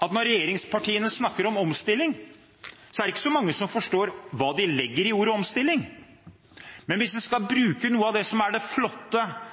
Når regjeringspartiene snakker om omstilling, er det ikke så mange som forstår hva de legger i ordet «omstilling». Men hvis vi skal bruke noe av det flotte i norsk næringsliv, kompetansen innenfor olje- og gassektoren, oljeserviceindustrien, hva skal de konvertere til, og hva skal de finne av nye muligheter? Det